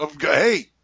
Hey